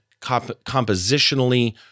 compositionally